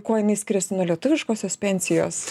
kuo jinai skiriasi nuo lietuviškosios pensijos